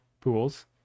pools